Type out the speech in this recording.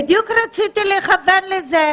בדיוק רציתי לכוון לזה.